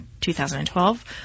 2012